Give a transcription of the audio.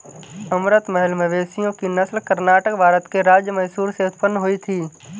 अमृत महल मवेशियों की नस्ल कर्नाटक, भारत के राज्य मैसूर से उत्पन्न हुई थी